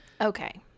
okay